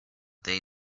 they